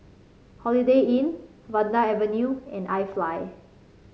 Holiday Inn Vanda Avenue and iFly